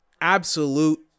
absolute